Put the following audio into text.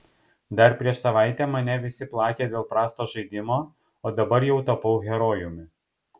dar prieš savaitę mane visi plakė dėl prasto žaidimo o dabar jau tapau herojumi